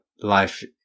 life